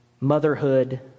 motherhood